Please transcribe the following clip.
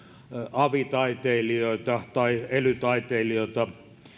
avi taiteilijoita tai ely taiteilijoita